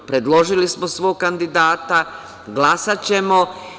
Predložili smo svog kandidata, glasaćemo.